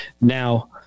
now